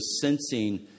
sensing